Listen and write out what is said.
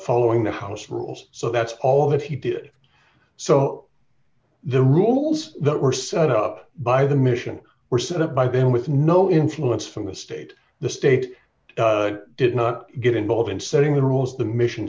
following the house rules so that's all he did so the rules that were set up by the mission were set up by them with no influence from the state the state did not get involved in setting the rules the mission